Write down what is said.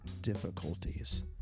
difficulties